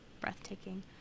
breathtaking